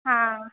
हँ